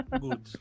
good